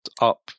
up